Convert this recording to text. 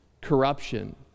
corruption